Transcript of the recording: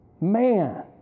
man